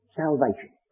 salvation